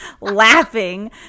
Laughing